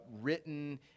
written